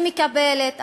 אני מקבלת.